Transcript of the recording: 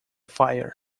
fire